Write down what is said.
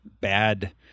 bad